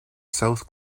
south